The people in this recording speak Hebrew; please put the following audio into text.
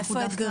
איפה האתגרים?